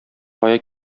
кая